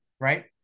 Right